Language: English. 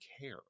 care